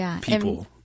people